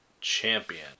champion